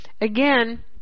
Again